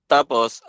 Tapos